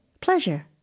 pleasure